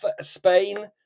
Spain